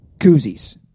koozies